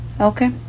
okay